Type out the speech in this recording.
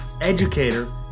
educator